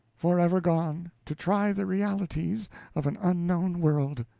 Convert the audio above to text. forever gone, to try the realities of an unknown world!